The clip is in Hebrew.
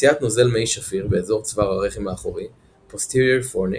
מציאת נוזל מי שפיר באזור צוואר הרחם האחורי posterior fornix.